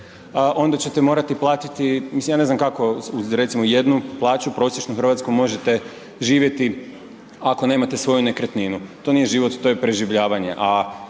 onda ćete morati platiti, mislim ja ne znam kako uz recimo jednu plaću, prosječnu hrvatsku možete živjeti ako nemate svoju nekretninu. To nije život, to je preživljavanje,